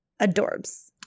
adorbs